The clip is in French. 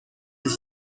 des